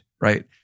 Right